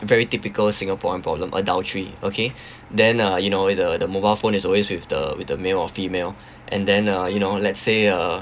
very typical singaporean problem adultery okay then uh you know with the with the mobile phone is always with the with the male or female and then uh you know let's say uh